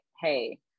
hey